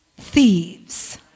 thieves